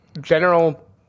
general